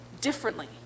differently